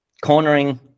Cornering